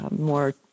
more